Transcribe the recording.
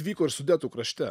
vyko ir sudetų krašte